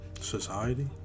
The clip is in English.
society